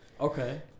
Okay